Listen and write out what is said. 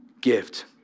gift